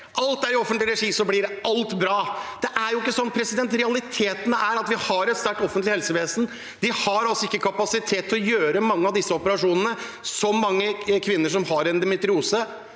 alt er i offentlig regi, så blir alt bra – det er jo ikke sånn. Realiteten er at vi har et sterkt offentlig helsevesen, men de har ikke kapasitet til å foreta mange av disse operasjonene på kvinner som har endometriose